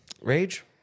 Rage